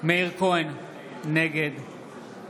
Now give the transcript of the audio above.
מאיר כהן, נגד